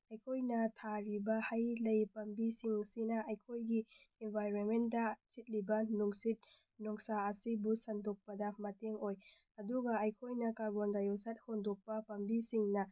ꯑꯩꯈꯣꯏꯅ ꯊꯥꯔꯤꯕ ꯍꯩ ꯂꯩ ꯄꯥꯝꯕꯤꯁꯤꯡꯁꯤꯅ ꯑꯩꯈꯣꯏꯒꯤ ꯑꯦꯟꯚꯥꯏꯔꯣꯟꯃꯦꯟꯗ ꯁꯤꯠꯂꯤꯕ ꯅꯨꯡꯁꯤꯠ ꯅꯨꯡꯁꯥ ꯑꯁꯤꯕꯨ ꯁꯟꯗꯣꯛꯄꯗ ꯃꯇꯦꯡ ꯑꯣꯏ ꯑꯗꯨꯒ ꯑꯩꯈꯣꯏꯅ ꯀꯥꯔꯕꯣꯟ ꯗꯥꯏꯑꯣꯛꯁꯥꯏꯠ ꯍꯣꯟꯗꯣꯛꯄ ꯄꯥꯝꯕꯤꯁꯤꯡꯅ